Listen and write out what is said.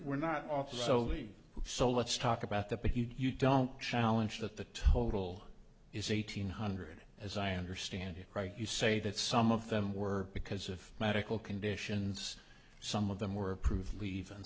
leave so let's talk about that but you don't challenge that the total is eight hundred as i understand it right you say that some of them were because of medical conditions some of them were approved leave and